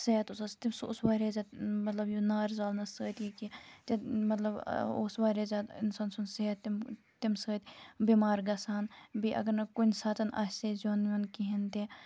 صحت اوس آسان سُہ اوس واریاہ زیادٕ مطلب یہِ نار زالنہٕ سۭتۍ یہِ کہِ تہٕ مطلب اوس واریاہ زیادٕ اِنسان سُنٛد صحت تہٕ تمہِ سۭتۍ بٮ۪مار گَژھان بیٚیہِ اگر نہٕ کُنہِ ساتہٕ آسہِ ہا زیُن وِیُن کِہیٖنۍ تہِ